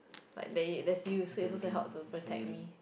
like they they see you so is also help to protect me